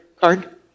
card